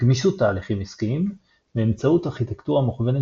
גמישות תהליכים עסקיים באמצעות ארכיטקטורה מוכוונת